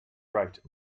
right